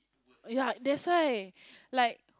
ya that's why like